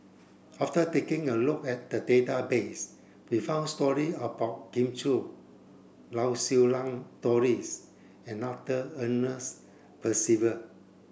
after taking a look at the database we found story about Kin Chui Lau Siew Lang Doris and Arthur Ernest Percival